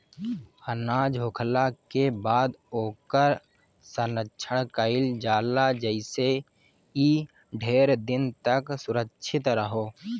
अनाज होखला के बाद ओकर संरक्षण कईल जाला जेइसे इ ढेर दिन तक सुरक्षित रहो